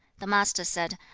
the master said,